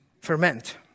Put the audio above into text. ferment